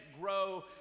Grow